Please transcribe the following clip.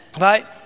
right